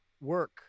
work